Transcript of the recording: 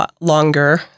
longer